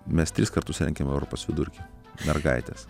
mes tris kartus lenkiam europos vidurkį mergaitės